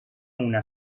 una